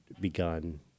begun